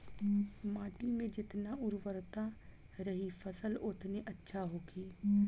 माटी में जेतना उर्वरता रही फसल ओतने अच्छा होखी